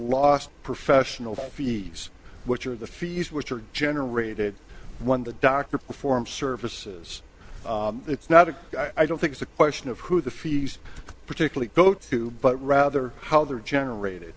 loss professional fees which are the fees which are generated when the doctor performs services it's not a i don't think it's a question of who the fees particularly go to but rather how they're generated